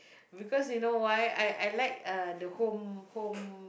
because you know why I I like uh the home home